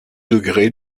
degré